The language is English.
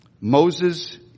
Moses